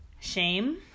shame